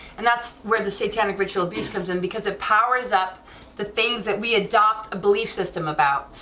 and that's where the satanic ritual abuse comes in, because it powers up the things that we adopt a belief system about,